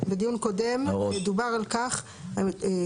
ולכן כל מה שמדובר עליו כאן זו הרחבה.